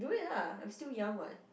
do it lah I'm still young [what]